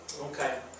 Okay